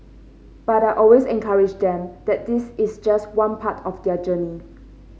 but I always encourage them that this is just one part of their journey